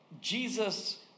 Jesus